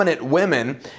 Women